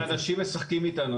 אנשים משחקים אתנו,